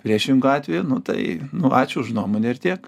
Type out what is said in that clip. priešingu atveju nu tai nu ačiū už nuomonę ir tiek